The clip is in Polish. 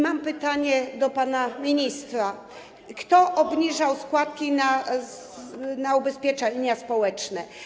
Mam pytanie do pana ministra: Kto obniżał składki na ubezpieczenia społeczne?